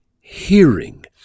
hearing